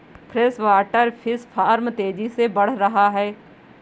freshwater fish farm तेजी से बढ़ रहा है